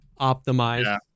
optimize